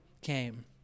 came